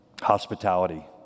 hospitality